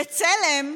בצלם,